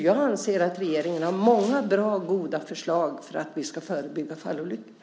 Jag anser att regeringen har många bra förslag för att vi ska kunna förebygga fallolyckor.